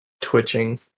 twitching